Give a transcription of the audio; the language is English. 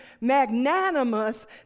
magnanimous